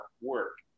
work